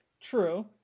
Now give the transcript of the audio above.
True